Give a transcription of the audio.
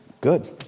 good